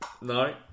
No